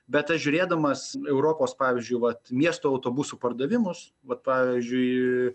bet aš žiūrėdamas europos pavyzdžiui vat miestų autobusų pardavimus vat pavyzdžiui